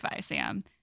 Sam